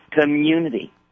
Community